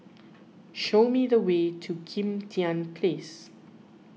show me the way to Kim Tian Place